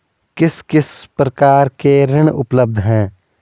किस किस प्रकार के ऋण उपलब्ध हैं?